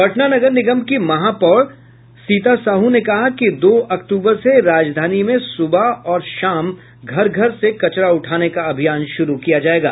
पटना नगर निगम की महापौर सीता साहू ने कहा कि दो अक्टूबर से राजधानी में सुबह और शाम घर घर से कचरा उठाने का अभियान शुरू किया जायेगा